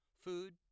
Food